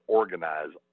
organize